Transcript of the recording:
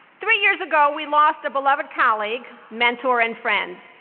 three years ago we lost a beloved colleague, mentor, and friend.